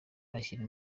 ashyira